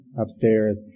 upstairs